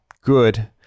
good